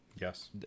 Yes